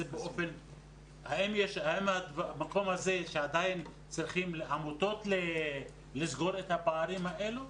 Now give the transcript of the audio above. האם המקום הזה שעדיין צריכים עמותות לסגור את הפערים האלה?